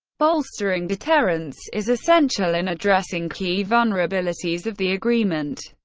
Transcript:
bolstering deterrence is essential in addressing key vulnerabilities of the agreement.